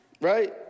Right